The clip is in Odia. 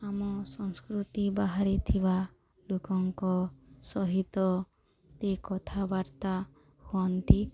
ଆମ ସଂସ୍କୃତି ବାହାରେ ଥିବା ଲୋକଙ୍କ ସହିତ ତେ କଥାବାର୍ତ୍ତା ହୁଅନ୍ତି